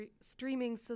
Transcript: streaming